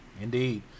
Indeed